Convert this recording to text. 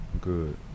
Good